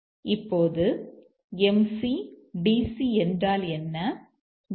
இப்போது எம்